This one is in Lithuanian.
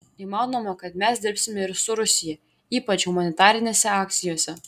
įmanoma kad mes dirbsime ir su rusija ypač humanitarinėse akcijose